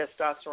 testosterone